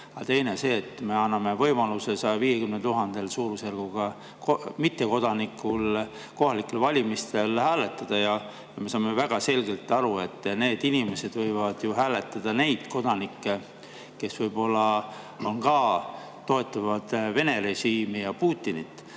teine see, et me anname võimaluse suurusjärgus 150 000 mittekodanikul kohalikel valimistel hääletada? Me saame väga selgelt aru, et need inimesed võivad ju hääletada nende kodanike poolt, kes võib-olla toetavad Vene režiimi ja Putinit.